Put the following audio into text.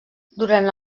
durant